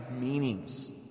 meanings